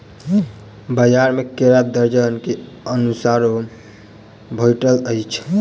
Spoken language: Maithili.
बजार में केरा दर्जन के अनुसारे भेटइत अछि